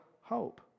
hope